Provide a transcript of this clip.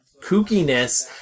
kookiness